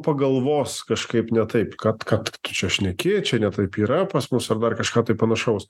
pagalvos kažkaip ne taip kad ką tu čia šneki čia ne taip yra pas mus arba kažką tai panašaus